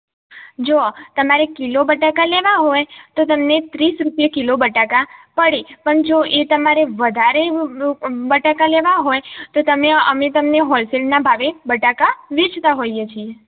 જુઓ તમારે કિલો બટાકા લેવા હોય તો તમને ત્રીસ રૂપિયે કિલો બટાકા પડે પણ જો એ તમારે વધારે બટાકા લેવા હોય તો તમે અમે તમને હોલસેલના ભાવે બટાકા વેચતા હોઈએ છીએ